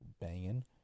banging